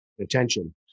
attention